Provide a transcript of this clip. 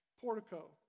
portico